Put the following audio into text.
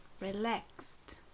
relaxed